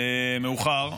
מאוחר.